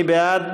מי בעד?